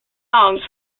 songs